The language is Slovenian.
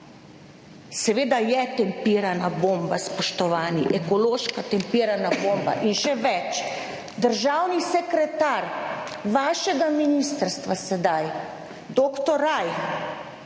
Seveda je tempirana bomba, spoštovani, ekološka tempirana bomba in še več. Državni sekretar vašega ministrstva, sedaj dr. Rajh